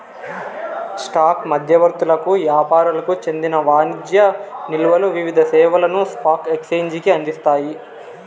stock మధ్యవర్తులకు యాపారులకు చెందిన వాణిజ్య నిల్వలు వివిధ సేవలను స్పాక్ ఎక్సేంజికి అందిస్తాయి